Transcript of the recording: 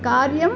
कार्यम्